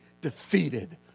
defeated